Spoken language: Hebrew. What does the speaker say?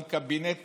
גם קבינט